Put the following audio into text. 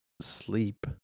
sleep